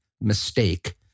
mistake